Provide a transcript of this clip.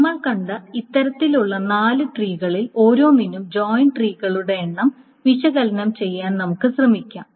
നമ്മൾ കണ്ട ഇത്തരത്തിലുള്ള നാല് ട്രീകളിൽ ഓരോന്നിനും ജോയിൻ ട്രീകളുടെ എണ്ണം വിശകലനം ചെയ്യാൻ നമുക്ക് ശ്രമിക്കാം